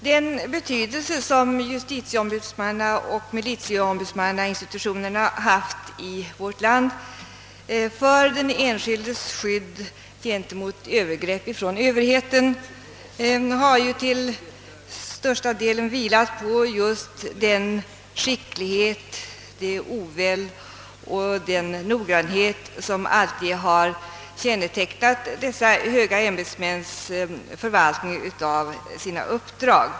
Den betydelse som justitieombudsmannaoch militieombudsmannainstitutionerna haft i vårt land för den enskildes skydd gentemot övergrepp ifrån överheten har ju till största delen vilat på just den skicklighet, den oväld och den noggrannhet som alltid har kännetecknat dessa höga ämbetsmäns förvaltning av sina uppdrag.